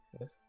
yes